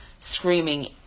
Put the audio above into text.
screaming